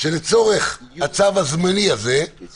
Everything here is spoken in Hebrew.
שלצורך הצו הזמני, יש